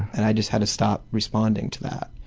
and i just had to stop responding to that.